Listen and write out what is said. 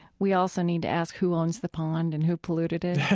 we also need to ask who owns the pond and who polluted it?